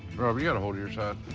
you gotta hold your side.